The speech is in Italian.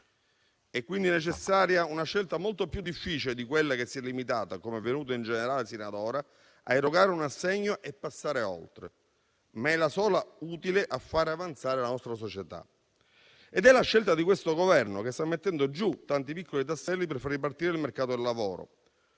È quindi necessaria una scelta molto più difficile di quella che si è limitata - com'è avvenuto in generale fino a ora - a erogare un assegno e a passare oltre, ma è la sola utile a fare avanzare la nostra società. Ed è la scelta di questo Governo, che sta mettendo giù tanti piccoli tasselli per far ripartire il mercato del lavoro.